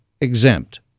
exempt